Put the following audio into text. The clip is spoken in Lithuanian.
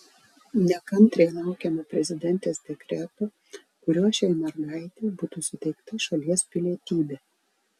nekantriai laukiame prezidentės dekreto kuriuo šiai mergaitei būtų suteikta šalies pilietybė